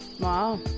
wow